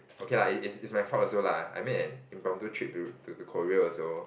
okay lah is is my fault also lah I made an impromptu trip to to to Korea also